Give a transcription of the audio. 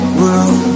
world